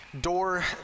door